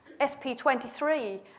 SP23